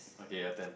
okay your turn